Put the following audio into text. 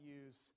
use